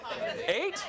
eight